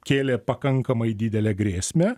kėlė pakankamai didelę grėsmę